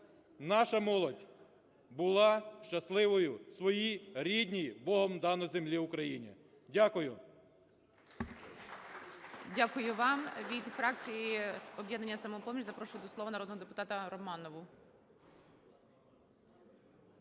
наша молодь була щасливою в своїй рідній, Богом даній землі Україні. Дякую.